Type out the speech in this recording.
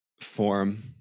form